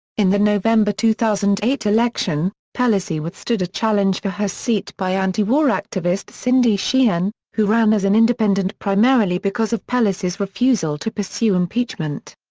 in the november two thousand and eight election, pelosi withstood a challenge for her seat by anti-war activist cindy sheehan, who ran as an independent primarily because of pelosi's refusal to pursue impeachment.